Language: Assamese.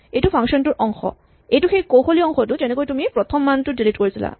এইটো ফাংচন টোৰ অংশ এইটো সেই কৌশলী অংশটো যেনেকৈ তুমি প্ৰথম মানটো ডিলিট কৰিছিলা